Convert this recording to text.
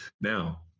Now